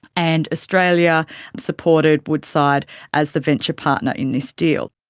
and australia supported woodside as the venture partner in this deal.